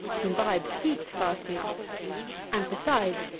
it imbibes heat fast enough and, besides,